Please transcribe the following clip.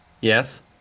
yes